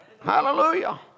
Hallelujah